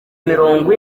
mirongo